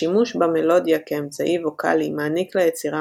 השימוש במלודיה כאמצעי ווקלי מעניק ליצירה